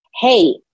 hey